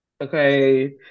Okay